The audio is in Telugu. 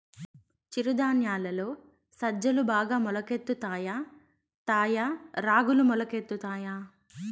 చిరు ధాన్యాలలో సజ్జలు బాగా మొలకెత్తుతాయా తాయా రాగులు మొలకెత్తుతాయా